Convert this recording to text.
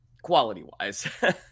Quality-wise